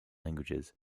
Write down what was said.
languages